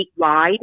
statewide